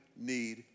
need